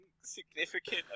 significant